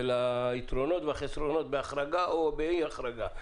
ליתרונות ולחסרונות בהחרגה או באי החרגה.